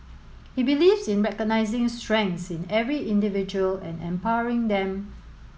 he believes in recognising strengths in every individual and empowering them